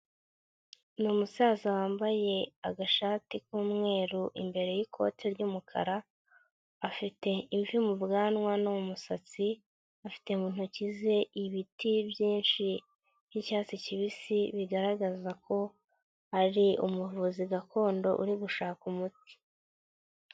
Ni umusaza wambaye agashati k'umweru imbere y'ikoti ry'umukara, afite imvi mu bwanwa no mumusatsi, afite mu ntoki ze ibiti byinshi by'icyatsi kibisi bigaragaza ko, ari umuvuzi gakondo uri gushaka umuti.